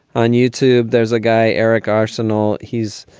on youtube. there's a guy, eric arsenal. he's.